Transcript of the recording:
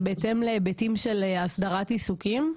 זה בהתאם להיבטים של הסדרת עיסוקים,